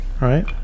right